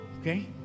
Okay